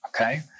Okay